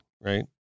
right